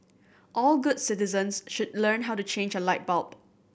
all good citizens should learn how to change a light bulb